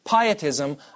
pietism